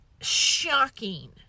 shocking